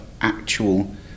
actual